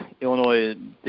Illinois